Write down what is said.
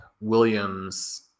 Williams